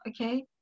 okay